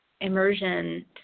immersion